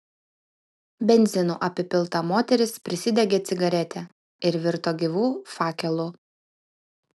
benzinu apipilta moteris prisidegė cigaretę ir virto gyvu fakelu